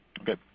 Okay